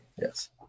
Yes